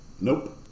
nope